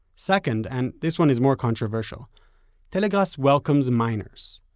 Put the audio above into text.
second and this one is more controversial telegrass welcomes minors.